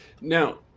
Now